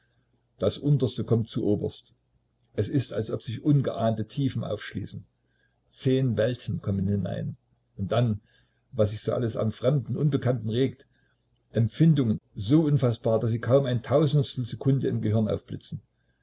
das unterste kommt zu oberst es ist als ob sich ungeahnte tiefen aufschließen zehn welten kommen hinein und dann was sich so alles an fremdem unbekanntem regt empfindungen so unfaßbar daß sie kaum ein tausendstel sekunde im gehirne aufblitzen